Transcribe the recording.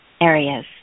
areas